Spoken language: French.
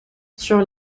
sur